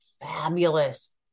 fabulous